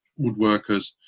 woodworkers